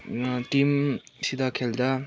टिमसित खेल्दा